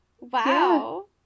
Wow